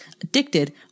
addicted